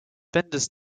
vendors